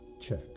check